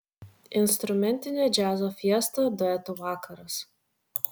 instrumentinė džiazo fiesta duetų vakaras